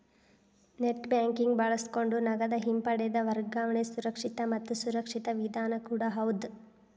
net banking ಬಳಸಕೊಂಡ ನಗದ ಹಿಂಪಡೆದ ವರ್ಗಾವಣೆ ಸುರಕ್ಷಿತ ಮತ್ತ ಸುರಕ್ಷಿತ ವಿಧಾನ ಕೂಡ ಹೌದ್